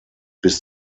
bis